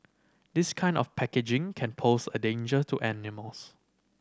this kind of packaging can pose a danger to animals